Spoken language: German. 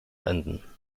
enden